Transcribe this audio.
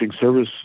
service